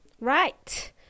Right